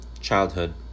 childhood